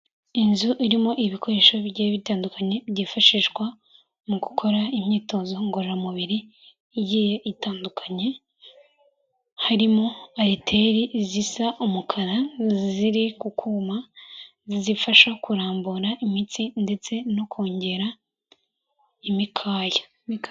Inzu irimo ibikoresho bigiye bitandukanye, byifashishwa mu gukora imyitozo ngororamubiri igiye itandukanye, harimo ariteri zisa umukara, ziri ku kuma, zizifasha kurambura imitsi ndetse no kongera imikaya.